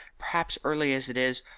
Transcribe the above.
perhaps, early as it is,